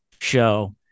show